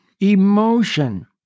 Emotion